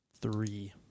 Three